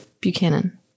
Buchanan